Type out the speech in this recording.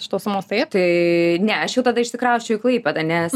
iš tos sumos taip tai ne aš jau tada išsikrausčiau į klaipėdą nes